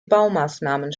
baumaßnahmen